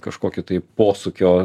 kažkokį tai posūkio